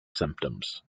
symptoms